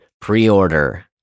pre-order